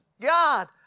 God